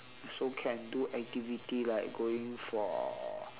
also can do activity like going for